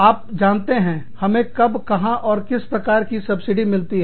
आप जानते हैं हमें कब कहां और किस प्रकार की सब्सिडी मिलती है